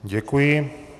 Děkuji.